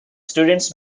students